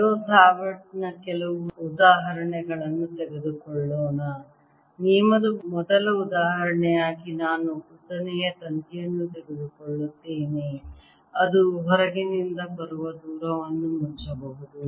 bio Savart ನ ಕೆಲವು ಉದಾಹರಣೆಗಳನ್ನು ತೆಗೆದುಕೊಳ್ಳೋಣ ನಿಯಮದ ಮೊದಲ ಉದಾಹರಣೆಯಾಗಿ ನಾನು ಉದ್ದನೆಯ ತಂತಿಯನ್ನು ತೆಗೆದುಕೊಳ್ಳುತ್ತೇನೆ ಅದು ಹೊರಗಿನಿಂದ ಬರುವ ದೂರದಿಂದ ಮುಚ್ಚಬಹುದು